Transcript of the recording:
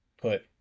put